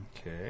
Okay